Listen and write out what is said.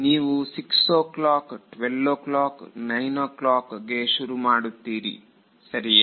ನೀವು 6 o'clock 12ಓ ಕ್ಲಾಕ್9ಓ ಕ್ಲಾಕ್ ಗೆ ಶುರು ಮಾಡುತ್ತೀರಿ ಸರಿಯೇ